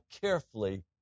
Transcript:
carefully